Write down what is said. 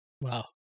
Wow